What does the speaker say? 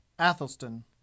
Athelstan